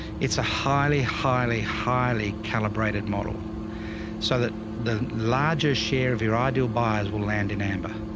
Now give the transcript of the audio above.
it's a highly, highly, highly calibrated model so that the larger share of your ideal buyers will land in amber.